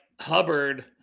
hubbard